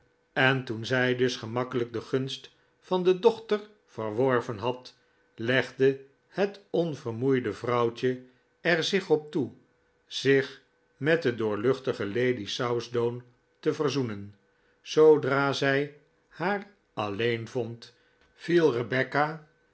en toen zij dus gemakkelijk de gunst van de dochter verworven had legde het onvermoeide vrouwtje er zich op toe zich met de doorluchtige lady southdown te verzoenen zoodra zij haar alleen vond viel rebecca